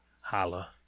Holla